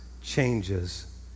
changes